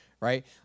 Right